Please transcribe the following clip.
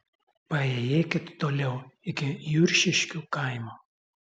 paėjėkit toliau iki juršiškių kaimo